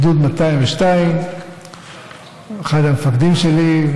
גדוד 202. אחד המפקדים שלי,